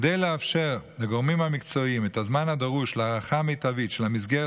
כדי לאפשר לגורמים המקצועיים את הזמן הדרוש להערכה מיטבית של המסגרת